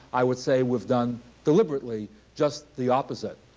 i would say we've done deliberately just the opposite,